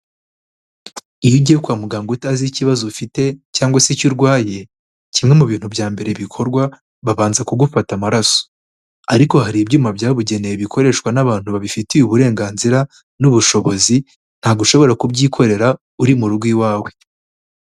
Iyo ugiye kwa muganga utazi ikibazo ufite cyangwa se icyo urwaye, kimwe mu bintu bya mbere bikorwa, babanza kugufata amaraso ariko hari ibyuma byabugenewe bikoreshwa n'abantu babifitiye uburenganzira n'ubushobozi ntago ushobora kubyikorera, uri mu rugo iwawe.